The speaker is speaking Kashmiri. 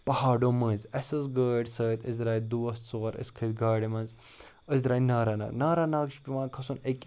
پہاڑو مٔنٛزۍ اَسہِ ٲس گٲڑۍ سۭتۍ أسۍ درٛاے دوس ژور أسۍ کھٔتۍ گاڑِ منٛز أسۍ درٛاے ناراناگ ناراناگ چھِ پٮ۪وان کھسُن أکۍ